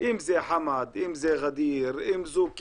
אם זה "חמאד", אם זה "רדיר", אם זו "קרן",